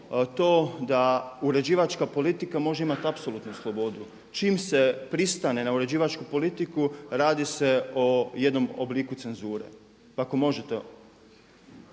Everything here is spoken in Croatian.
to da uređivačka politika može imati apsolutnu slobodu. Čim se pristane na uređivačku politiku radi se o jednom obliku cenzure. Ako možete.